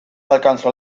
alcanzó